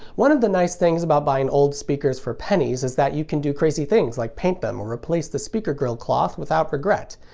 one of the nice things about buying old speakers for pennies is that you can do crazy things like paint them or replace the speaker grille cloth without regret.